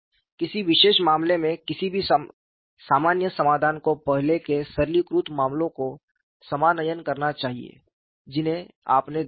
किसी विशेष मामले में किसी भी सामान्य समाधान को पहले के सरलीकृत मामलों को समानयन करना चाहिए जिन्हें आपने देखा है